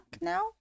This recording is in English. now